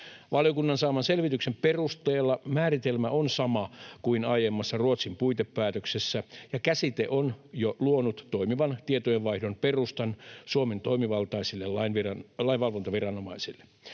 Valiokunnan saaman selvityksen perusteella määritelmä on sama kuin aiemmassa Ruotsin puitepäätöksessä, ja käsite on jo luonut toimivan tietojenvaihdon perustan Suomen toimivaltaisille lainvalvontaviranomaisille.